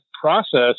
process